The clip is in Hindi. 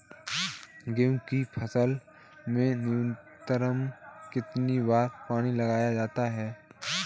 गेहूँ की फसल में न्यूनतम कितने बार पानी लगाया जाता है?